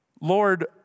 Lord